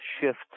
shifts